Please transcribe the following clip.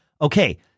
okay